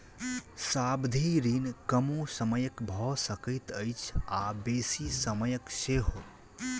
सावधि ऋण कमो समयक भ सकैत अछि आ बेसी समयक सेहो